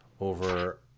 over